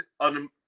on